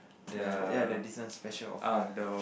the ya the this one special offer